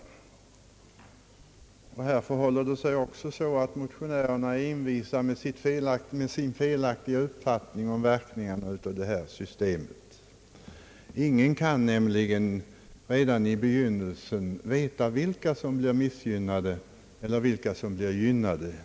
Motionärerna är också här envisa med sin felaktiga uppfattning om verkningarna av detta system, Ingen kan nämligen redan i begynnelsen veta vilka som blir missgynnade eller gynnade.